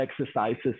exercises